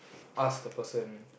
ask the person